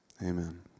Amen